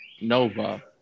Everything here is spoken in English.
Nova